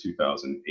2008